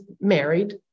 married